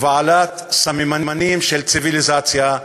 ובעלת סממנים של ציוויליזציה,